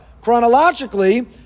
Chronologically